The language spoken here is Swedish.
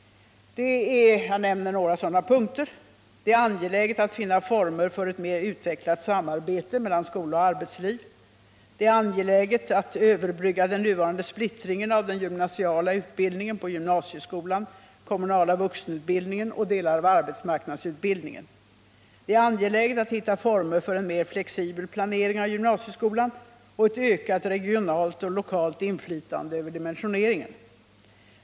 Jag skall nämna några saker: Det är angeläget att finna former för ett mer utvecklat samarbete mellan skola och arbetsliv. Det är angeläget att överbrygga den nuvarande splittringen av den gymnasiala utbildningen till gymnasieskolan, kommunala vuxenutbildningen och delar av arbetsmarknadsutbildningen. Det är angeläget att hitta former för en mer flexibel planering av gymnasieskolan och ett ökat regionalt och lokalt inflytande över dimensioneringen.